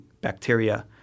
bacteria